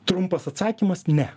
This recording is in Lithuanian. trumpas atsakymas ne